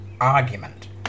argument